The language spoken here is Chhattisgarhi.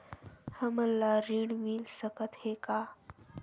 हमन ला ऋण मिल सकत हे का?